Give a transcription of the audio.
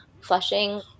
Flushing